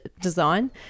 design